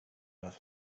earth